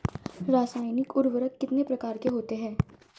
रासायनिक उर्वरक कितने प्रकार के होते हैं?